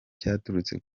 cyaturutse